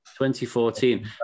2014